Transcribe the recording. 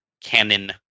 canon